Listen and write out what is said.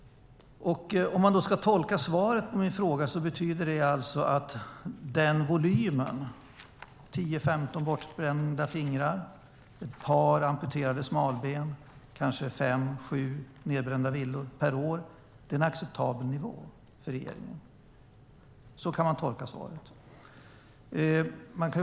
Om jag ska försöka tolka svaret på min fråga betyder det alltså att volymen 10-15 bortsprängda fingrar, ett par amputerade smalben, kanske 5-7 nedbrända villor per år är en acceptabel nivå för er. Så kan man tolka svaret.